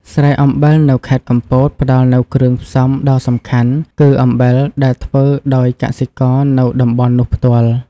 ស្រែអំបិលនៅខេត្តកំពត ផ្តល់នូវគ្រឿងផ្សំដ៏សំខាន់គឺអំបិលដែលធ្វើដោយកសិករនៅតំបន់នោះផ្ទាល់។។